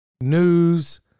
news